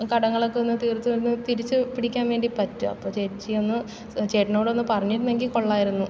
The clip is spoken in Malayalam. കടങ്ങളൊക്കെ ഒന്ന് തീർത്തൊന്ന് തിരിച്ച് പിടിക്കാന് വേണ്ടി പറ്റും അപ്പം ചേച്ചിയൊന്ന് ചേട്ടനോടൊന്ന് പറഞ്ഞിരുന്നെങ്കിൽ കൊള്ളാമായിരുന്നു